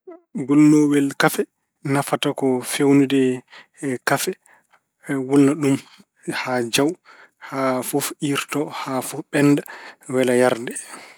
Gulnoowel kafe nafata ko feewnude kafe. Wulna ɗum haa jaw, haa fof iirto ɓennda, wella yarde.